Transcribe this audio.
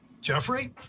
Jeffrey